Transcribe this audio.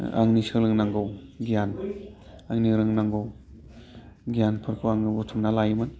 आंनि सोलोंनांगौ गियान आंनि रोंनांगौ गियानफोरखौ आङो बुथुमना लायोमोन